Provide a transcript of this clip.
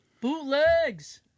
Bootlegs